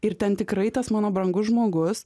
ir ten tikrai tas mano brangus žmogus